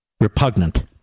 repugnant